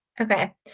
Okay